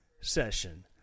session